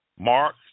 Mark